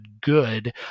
good